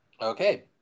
okay